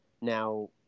now